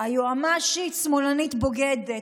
היועמ"שית שמאלנית בוגדת,